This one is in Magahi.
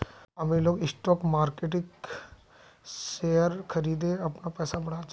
अमीर लोग स्टॉक मार्किटत शेयर खरिदे अपनार पैसा बढ़ा छेक